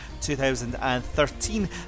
2013